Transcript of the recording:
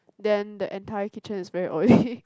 then the entire kitchen is very oily